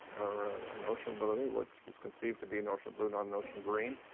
or an ocean blue, which was conceived to be an ocean blue not an ocean green.